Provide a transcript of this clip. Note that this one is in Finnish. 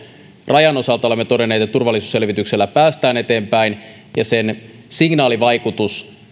rajan osalta olemme todenneet että turvallisuusselvityksellä päästään eteenpäin ja sen signaalivaikutus